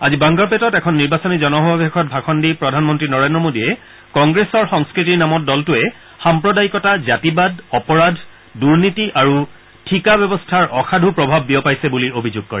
আজি বাংগাৰপেটত এখন নিৰ্বাচনী জনসমাবেশত ভাষণ দি প্ৰধানমন্ত্ৰী নৰেন্দ্ৰ মোডীয়ে কংগ্ৰেছৰ সংস্কৃতিৰ নামত দলটোৱে সাম্প্ৰদায়িকতা জাতিবাদ অপৰাধ দুনীতি আৰু ঠিকা ব্যৱস্থাৰ অসাধু প্ৰভাৱ বিয়পাইছে বুলি অভিযোগ কৰে